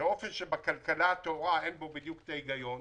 באופן שבכלכלה הטהורה אין בו בדיוק היגיון.